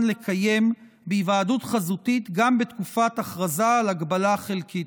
לקיים בהיוועדות חזותית גם בתקופת הכרזה על הגבלה חלקית.